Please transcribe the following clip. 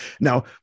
Now